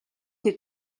тэр